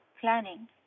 planning